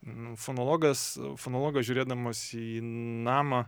nu fonologas fonologas žiūrėdamas į namą